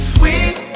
Sweet